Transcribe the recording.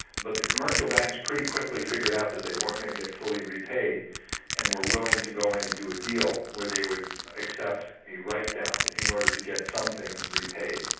but the commercial banks pretty quickly figured out that they weren't going to get fully repaid and were willing to go in and do a deal where they would accept a write-down in order to get some things repaid.